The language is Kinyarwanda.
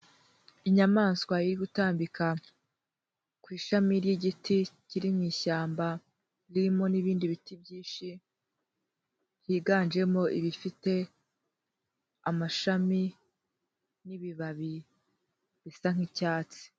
Inyamaswa iri gutambika ku ishami ry'igiti kiri mu ishyamba ririmo n'ibindi biti byinshi, byiganjemo ibifite amashami n'ibibabi bisa nk'icyatsi.